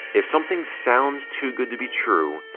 if something sounds too good to be true,